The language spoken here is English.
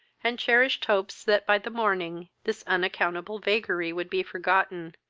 and cherished hopes that by the morning this unaccountable vagary would be forgotten,